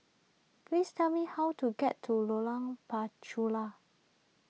please tell me how to get to Lorong Penchalak